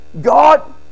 God